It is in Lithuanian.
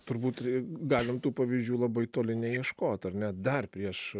turbūt galim tų pavyzdžių labai toli neieškot ar ne dar prieš